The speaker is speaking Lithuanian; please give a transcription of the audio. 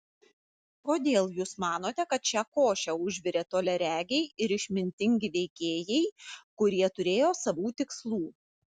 kodėl jūs manote kad šią košę užvirė toliaregiai ir išmintingi veikėjai kurie turėjo savų tikslų